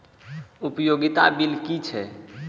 उपयोगिता बिल कि छै?